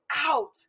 out